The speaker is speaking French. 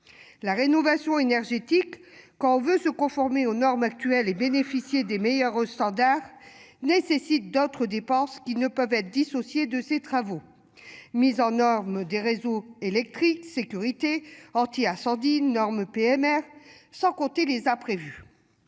La rénovation énergétique. Quand on veut se conformer aux normes actuelles et bénéficier des meilleurs au standard nécessite d'autres dépenses qui ne peuvent être dissociées de ces travaux. Mise aux normes des réseaux électriques sécurité anti-incendie normes PMR, sans compter les imprévus.